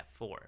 f4